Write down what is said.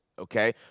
Okay